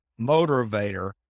motivator